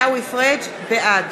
פריג' בעד